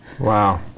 Wow